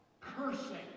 Cursing